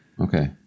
okay